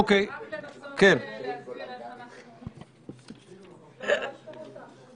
אכן בממשלה הנוסח שהוצג ואושר הוא הנוסח שהוצג בקריאה ראשונה,